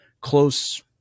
close